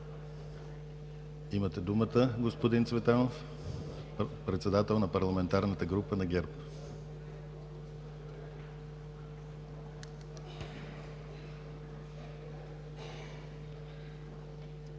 Има думата господин Цветанов – председател на парламентарната група на ГЕРБ.